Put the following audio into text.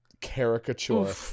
caricature